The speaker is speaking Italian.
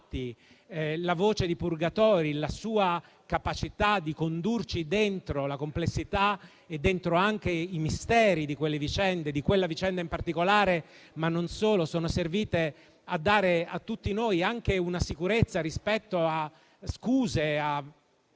La voce di Purgatori, la sua capacità di condurci dentro la complessità e dentro anche i misteri di quelle vicende, di quella vicenda in particolare ma non solo, sono servite a dare a tutti noi anche una certa sicurezza rispetto alle scuse e